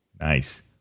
Nice